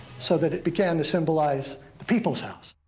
so that it began to symbolize the people's house.